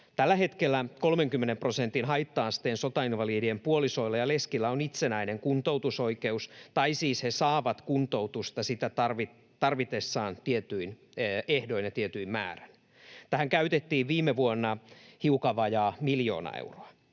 Tällä hetkellä 30 prosentin haitta-asteen sotainvalidien puolisoilla ja leskillä on itsenäinen kuntoutusoikeus, tai siis he saavat kuntoutusta sitä tarvitessaan tietyin ehdoin ja tietyn määrän. Tähän käytettiin viime vuonna hiukan vajaa miljoona euroa.